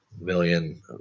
million